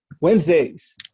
Wednesdays